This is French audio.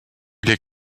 les